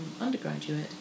undergraduate